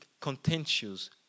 contentious